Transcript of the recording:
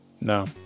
No